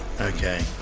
Okay